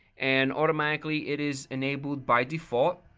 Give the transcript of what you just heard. and automatically, it is enabled by default.